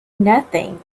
nothing